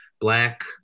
black